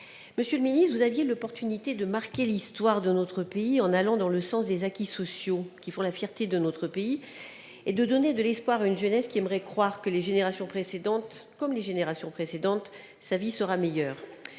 Monsieur le ministre, vous aviez l'occasion de marquer l'histoire de notre pays en allant dans le sens des acquis sociaux, qui font sa fierté, et en donnant de l'espoir à une jeunesse qui aimerait croire que, comme les générations précédentes, sa vie sera meilleure